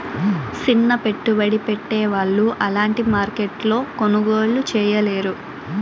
సిన్న పెట్టుబడి పెట్టే వాళ్ళు అలాంటి మార్కెట్లో కొనుగోలు చేయలేరు